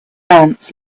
ants